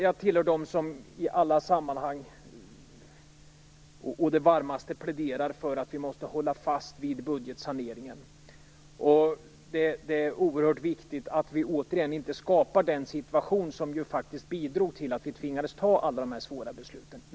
Jag tillhör dem som i alla sammanhang å det varmaste pläderar för att vi måste hålla fast vid budgetsaneringen. Det är oerhört viktigt att vi inte återigen skapar den situation som bidrog till att vi tvingats fatta alla dessa svåra beslut.